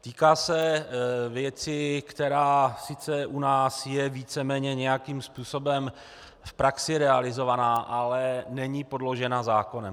Týká se věci, která sice u nás je víceméně nějakým způsobem v praxi realizována, ale není podložena zákonem.